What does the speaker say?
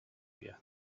بیاد